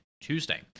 Tuesday